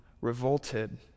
revolted